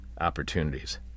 opportunities